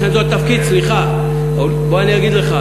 לכן זה התפקיד, סליחה, בוא אני אגיד לך.